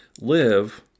live